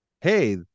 hey